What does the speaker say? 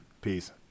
peace